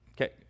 Okay